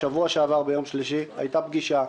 ביום שלישי בשבוע שעבר הייתה פגישה.